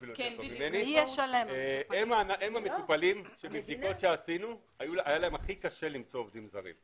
הם המטופלים שבבדיקות שעשינו היה להם הכי קשה למצוא עובדים זרים.